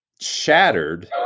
shattered